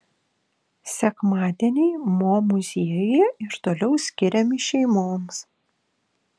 sekmadieniai mo muziejuje ir toliau skiriami šeimoms